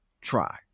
try